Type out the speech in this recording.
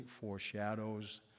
foreshadows